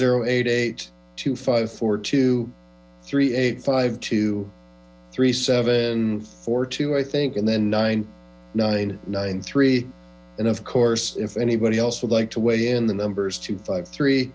zero eight eight two five four two three eight five two three seven four two i think and then nine nine nine three and of course if anybody else would like to weigh in the numbers two five three